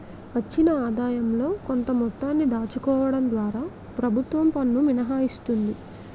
వచ్చిన ఆదాయంలో కొంత మొత్తాన్ని దాచుకోవడం ద్వారా ప్రభుత్వం పన్ను మినహాయిస్తుంది